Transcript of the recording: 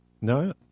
No